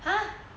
!huh!